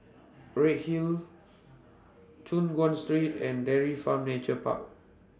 Redhill Choon Guan Street and Dairy Farm Nature Park